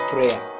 Prayer